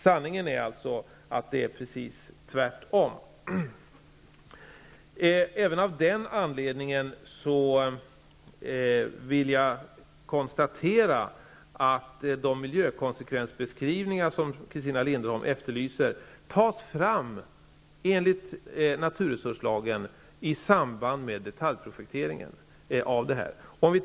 Sanningen är alltså att det är precis tvärtom. Även av den anledningen vill jag konstatera att de miljökonsekvensbeskrivningar som Christina Linderholm efterlyste tas fram, enligt naturresurslagen, i samband med detaljprojekteringen.